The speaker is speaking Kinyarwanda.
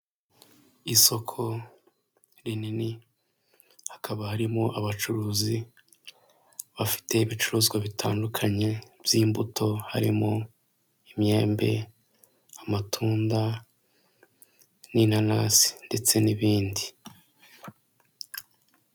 Isoko rinini hakaba harimo abacuruzi bafite ibicuruzwa bitandukanye by'imbuto, harimo imyembe, amatunda n'inanasi ndetse n'ibindi.